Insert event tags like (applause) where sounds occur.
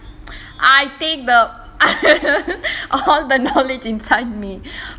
I take the (laughs) scan பண்ணி படிக்கிற மாதிரி இருக்கனும்:panni padikira maadhiri irukanum